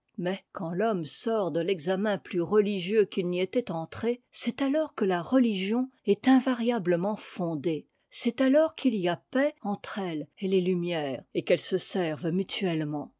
mais quand l'homme sort de l'examen plus religieux qu'il n'y était entré c'est alors que la religion est invariablement fondée c'est alors qu'il y a paix entre elle et les lumières et qu'elles se servent mutuellement